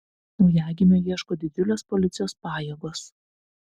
naujagimio ieško didžiulės policijos pajėgos